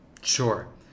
Sure